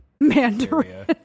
Mandarin